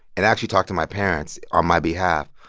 and actually talked to my parents on my behalf,